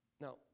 Now